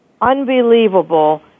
unbelievable